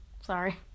sorry